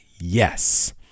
Yes